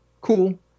Cool